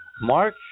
March